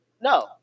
No